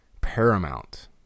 paramount